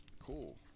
Cool